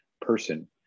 person